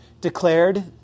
declared